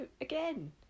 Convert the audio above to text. again